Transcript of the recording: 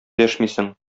дәшмисең